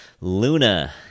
Luna